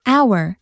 Hour